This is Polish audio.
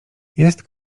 jest